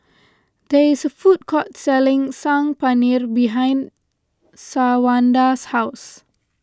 there is a food court selling Saag Paneer behind Shawanda's house